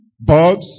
Bugs